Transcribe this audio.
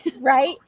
right